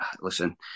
listen